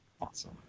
Awesome